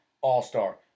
all-star